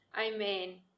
Amen